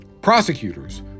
prosecutors